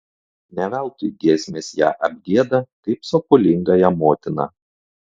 ne veltui giesmės ją apgieda kaip sopulingąją motiną